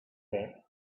bit